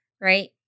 right